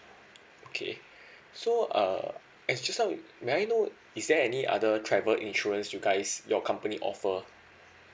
okay so uh as just now may I know is there any other travel insurance you guys your company offer